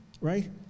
right